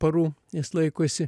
parų jis laikosi